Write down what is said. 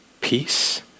peace